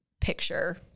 picture